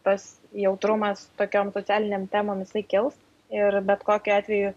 tas jautrumas tokiom socialinėm temom jisai kils ir bet kokiu atveju